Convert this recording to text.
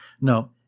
no